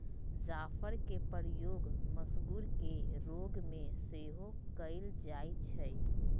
जाफरके प्रयोग मसगुर के रोग में सेहो कयल जाइ छइ